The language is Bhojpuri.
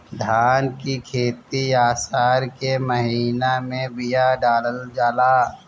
धान की खेती आसार के महीना में बिया डालल जाला?